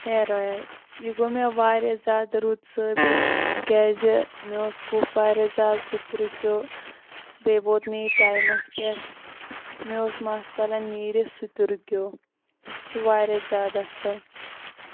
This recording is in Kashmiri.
ہیر اوٚیِل یہِ گوٚو مےٚ واریاہ زیادٕ رُت ثٲبِت تِکیازِ مےٚ اوس کُف واریاہ زیادٕ سُہ تہِ رُکیٚو بیٚیہِ ووت مےٚ یہٕ ٹایِمَس پٮ۪ٹھ مےٚ اوس مَس ژَلان نیٖرِتھ سُہ تہِ رُکیٚو یہِ چھُ واریاہ زیادٕ اَصٕل